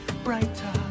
brighter